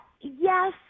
yes